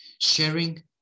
Sharing